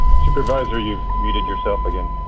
supervisor. you've muted yourself again.